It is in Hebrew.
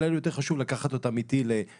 אבל היה לי יותר חשוב לקחת אותם איתי לנורמנדי,